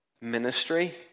ministry